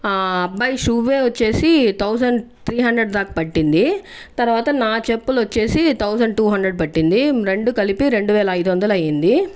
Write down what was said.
ఆ అబ్బాయి షూవే వచ్చేసి థౌజండ్ త్రీ హండ్రెడ్ దాకా పట్టింది తర్వాత నా చెప్పులొచ్చేసి థౌజండ్ టూ హండ్రెడ్ పట్టింది రెండూ కలిపి రెండువేల ఐదు వందలు అయ్యింది